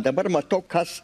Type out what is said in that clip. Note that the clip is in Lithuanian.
dabar matau kas